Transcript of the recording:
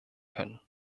können